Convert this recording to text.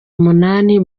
umunani